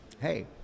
Hey